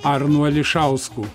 arnu ališausku